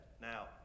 Now